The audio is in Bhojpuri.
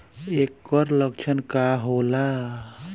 ऐकर लक्षण का होला?